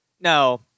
No